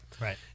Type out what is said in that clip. right